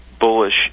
Bullish